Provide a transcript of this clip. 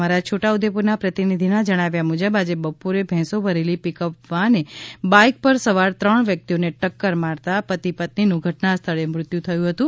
અમારા છોટાઉદેપુરના પ્રતિનિધિના જણાવ્યા મુજબ આજે બપોરે ભેંસો ભરેલી પીકઅપ વાને બાઇક પર સવાર ત્રણ વ્યક્તોઓને ટક્કર મારતા પતિ પત્નિનું ઘટનાસ્થળે મૃત્યુ નિપશ્ચું હતું